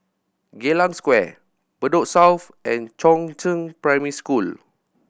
Geylang Square Bedok South and Chongzheng Primary School